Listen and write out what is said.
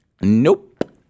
Nope